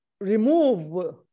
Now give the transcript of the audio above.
remove